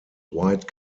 white